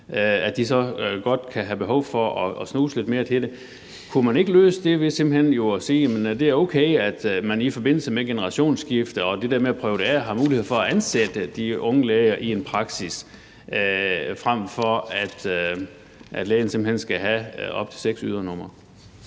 at de så godt kan have behov for at snuse lidt mere til det. Kunne man ikke løse det ved simpelt hen at sige, at det er okay, at man i forbindelse med generationsskifte og det der med at prøve det af har mulighed for at ansætte de unge læger i en praksis, frem for at lægen simpelt hen skal have op til seks ydernumre?